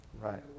Right